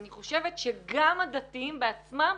אני חושבת שגם הדתיים בעצמם,